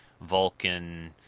Vulcan